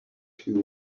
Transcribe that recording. two